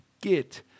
get